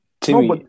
Timmy